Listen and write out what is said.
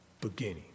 beginning